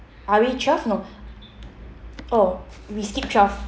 are we twelve no oh we skip twelve